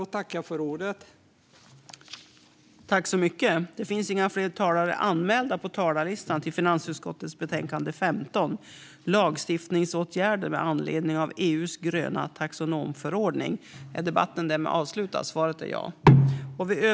Lagstiftningsåtgärder med anledning av EU:s gröna taxonomiförord-ning